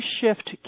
shift